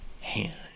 hand